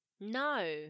No